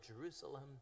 Jerusalem